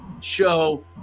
show